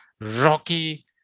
rocky